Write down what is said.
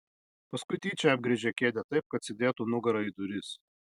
paskui tyčia apgręžė kėdę taip kad sėdėtų nugara į duris